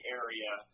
area